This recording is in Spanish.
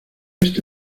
este